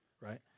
right